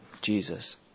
Jesus